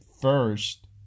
first